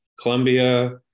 Colombia